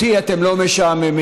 אותי אתם לא משעממים.